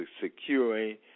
securing